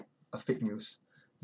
a fake news